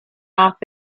off